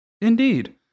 Indeed